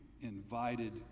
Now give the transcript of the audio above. invited